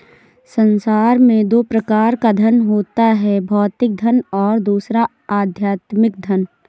संसार में दो प्रकार का धन होता है भौतिक धन और दूसरा आध्यात्मिक धन